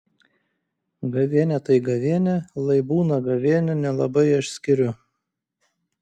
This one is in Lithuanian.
gavėnia tai gavėnia lai būna gavėnia nelabai aš skiriu